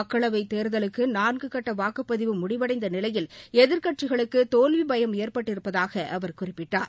மக்களவைத் தேர்தலுக்கு நான்கு கட்ட வாக்குப்பதிவு முடிவடைந்த நிலையில் எதிர்கட்சிகளுக்கு தோல்விபயம் ஏற்பட்டிருப்பதாக அவர் குறிப்பிட்டார்